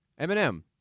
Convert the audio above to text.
Eminem